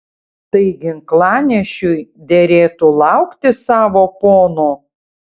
tai ginklanešiui derėtų laukti savo pono